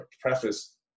preface